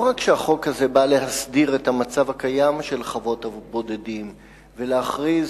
לא רק שהחוק הזה בא להסדיר את המצב הקיים של חוות הבודדים ולהכריז